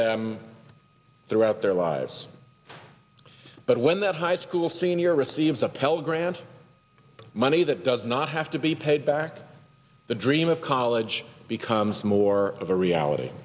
them throughout their lives but when that high school senior receives a pell grant money that does not have to be paid back the dream of college becomes more of a reality